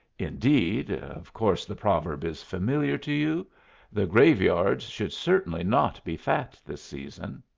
indeed of course the proverb is familiar to you the graveyards should certainly not be fat this season.